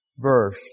Verse